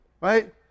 right